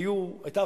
היתה